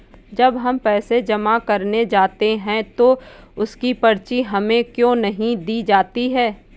जब हम पैसे जमा करने जाते हैं तो उसकी पर्ची हमें क्यो नहीं दी जाती है?